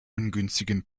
ungünstigen